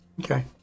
Okay